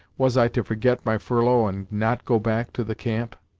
was i to forget my furlough and not go back to the camp?